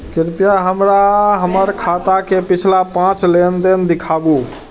कृपया हमरा हमर खाता के पिछला पांच लेन देन दिखाबू